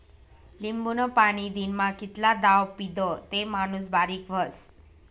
लिंबूनं पाणी दिनमा कितला दाव पीदं ते माणूस बारीक व्हस?